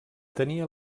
tenia